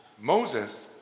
Moses